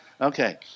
Okay